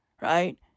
Right